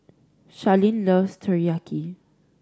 Sharlene loves Teriyaki